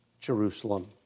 Jerusalem